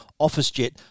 OfficeJet